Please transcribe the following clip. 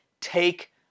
Take